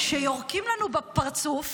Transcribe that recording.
שיורקים לנו בפרצוף,